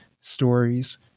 Stories